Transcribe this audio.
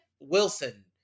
Wilson